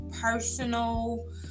personal